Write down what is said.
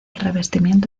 revestimiento